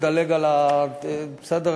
אדלג, בסדר?